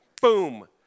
Boom